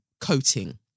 coating